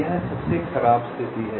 यह सबसे खराब स्थिति है